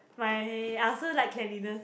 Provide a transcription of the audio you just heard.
my after light cleanness